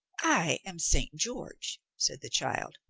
i am st. george, said the child,